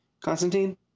Constantine